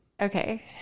Okay